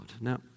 Now